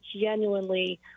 genuinely